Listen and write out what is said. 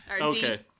Okay